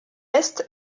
est